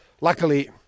Luckily